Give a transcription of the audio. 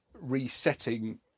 resetting